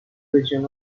region